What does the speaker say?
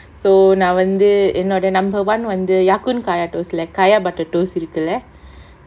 so நா வந்து என்னோட:naa vanthu ennoda number one வந்து:vanthu ya kun kaya toast like kaya butter toast இருக்குல:irukkula